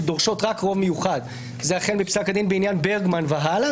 שדורשות רק רוב מיוחד זה החל מפסק הדין בעניין ברגמן והלאה.